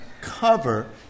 cover